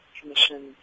Commission